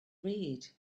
read